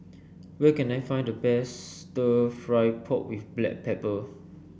where can I find the best stir fry pork with Black Pepper